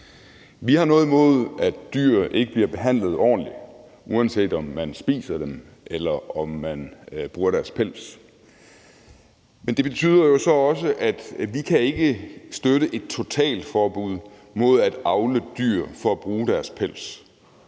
Vi har noget imod, at dyr ikke bliver behandlet ordentligt, uanset om man spiser dem eller man bruger deres pels. Men det betyder jo så også, at vi ikke kan støtte et totalforbud mod at avle dyr for at bruge deres pels.